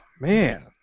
man